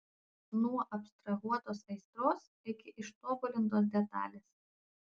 nuo abstrahuotos aistros iki ištobulintos detalės